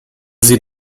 sie